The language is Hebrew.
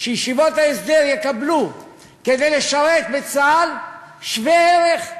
שישיבות ההסדר יקבלו כדי לשרת בצה"ל שווה ערך,